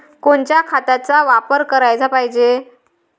कोनच्या खताचा वापर कराच पायजे?